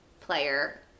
player